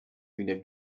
weder